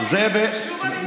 שוב אני מסכן,